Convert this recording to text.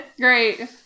great